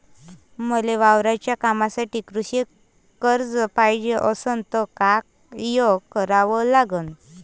मले वावराच्या कामासाठी कृषी कर्ज पायजे असनं त काय कराव लागन?